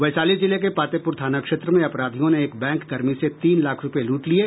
वैशाली जिले के पातेपुर थाना क्षेत्र में अपराधियों ने एक बैंककर्मी से तीन लाख रूपये लूट लिये